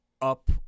up